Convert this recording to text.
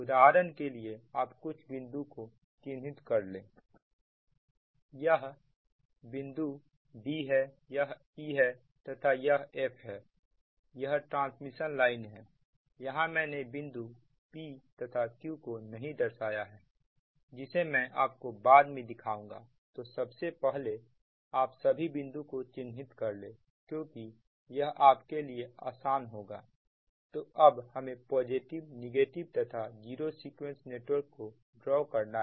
उदाहरण के लिए आप कुछ बिंदुओं को चिन्हित कर ले यह d है यह e तथा यह f है यह ट्रांसमिशन लाइन है यहां मैंने बिंदु p तथा q को नहीं दर्शाया है जिसे मैं आपको बाद में दिखाऊंगा तो सबसे पहले आप सभी बिंदुओं को चिन्हित कर ले क्योंकि यह आपके लिए आसान होगा तो अब हमें पॉजिटिव नेगेटिव तथा जीरो सीक्वेंस नेटवर्क को ड्रॉ करना है